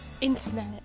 internet